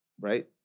Right